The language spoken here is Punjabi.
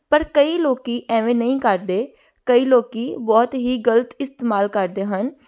ਪਰ ਕਈ ਲੋਕ ਐਵੇਂ ਨਹੀਂ ਕਰਦੇ ਕਈ ਲੋਕ ਬਹੁਤ ਹੀ ਗਲਤ ਇਸਤੇਮਾਲ ਕਰਦੇ ਹਨ